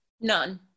None